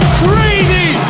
crazy